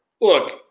look